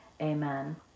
Amen